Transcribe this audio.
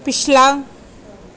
ਪਿਛਲਾ